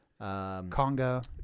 conga